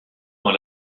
dans